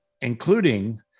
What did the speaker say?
including